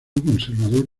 conservador